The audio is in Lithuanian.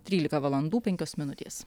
trylika valandų penkios minutės